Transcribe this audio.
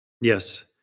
yes